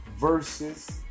versus